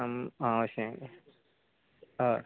आं अशें हय